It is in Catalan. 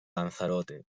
lanzarote